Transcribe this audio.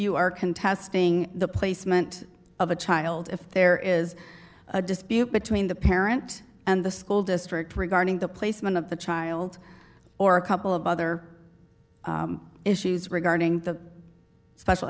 you are contesting the placement of a child if there is a dispute between the parent and the school district regarding the placement of the child or a couple of other issues regarding the special